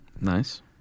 Nice